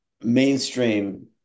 mainstream